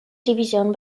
division